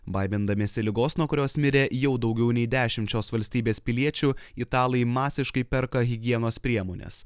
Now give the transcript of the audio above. baimindamiesi ligos nuo kurios mirė jau daugiau nei dešimt šios valstybės piliečių italai masiškai perka higienos priemones